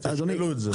תשקלו את זה.